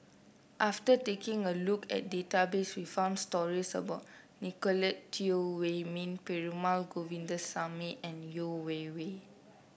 after taking a look at database we found stories about Nicolette Teo Wei Min Perumal Govindaswamy and Yeo Wei Wei